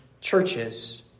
churches